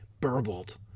burbled